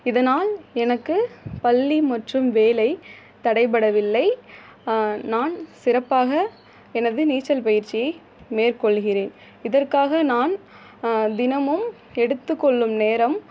இதனால் எனக்குப் பள்ளி மற்றும் வேலை தடைபடவில்லை நான் சிறப்பாக எனது நீச்சல் பயிற்சியை மேற்கொள்கிறேன் இதற்காக நான் தினமும் எடுத்துக்கொள்ளும் நேரம்